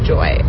Joy